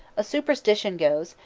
a superstition goes,